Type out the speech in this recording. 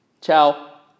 ciao